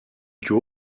duo